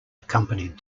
accompanied